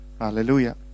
Hallelujah